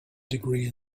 degree